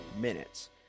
minutes